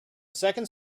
second